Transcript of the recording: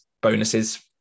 bonuses